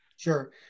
Sure